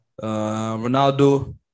Ronaldo